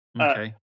Okay